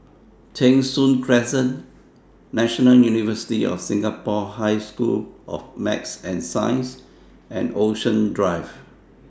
Cheng Soon Crescent National University of Singapore High School of Math and Science and Ocean Drive